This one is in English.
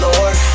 Lord